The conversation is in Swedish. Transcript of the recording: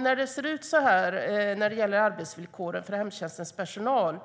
När det ser ut så här när det gäller arbetsvillkoren för hemtjänstens personal